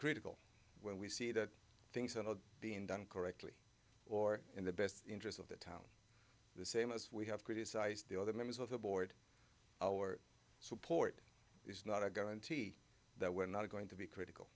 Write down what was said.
critical when we see that things are not being done correctly or in the best interest of the town the same as we have criticized the other members of the board our support is not a guarantee that we're not going to be critical